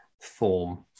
form